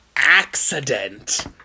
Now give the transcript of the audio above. Accident